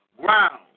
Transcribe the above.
ground